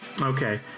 Okay